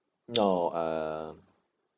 oh uh